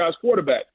quarterback